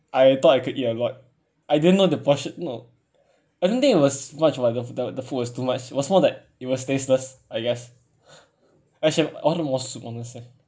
I thought I could eat a lot I didn't know the portion no I don't think it was much about the th~ the food was too much was more that it was tasteless I guess I should have ordered more soup honestly